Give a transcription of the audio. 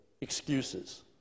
excuses